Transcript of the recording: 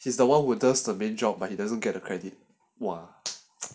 he is the [one] who does the main job but he doesn't get a credit !wah!